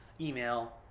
email